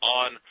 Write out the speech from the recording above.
on